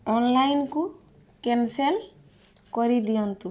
ଅନଲାଇନ୍କୁ cancel କରିଦିଅନ୍ତୁ